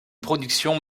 production